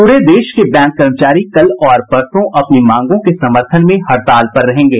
पूरे देश के बैंक कर्मचारी कल और परसों अपनी मांगों के समर्थन में हड़ताल पर रहेंगे